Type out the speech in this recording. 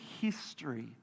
history